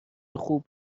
خوب